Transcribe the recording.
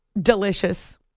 delicious